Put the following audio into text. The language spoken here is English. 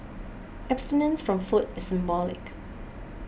abstinence from food is symbolic